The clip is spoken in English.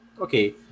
Okay